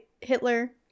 Hitler